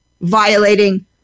violating